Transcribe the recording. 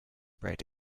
bread